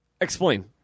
Explain